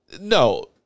No